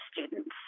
students